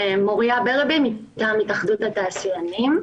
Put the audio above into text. אני מהתאחדות התעשיינים.